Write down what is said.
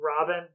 Robin